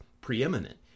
preeminent